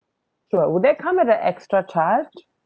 sure would that come at an extra charge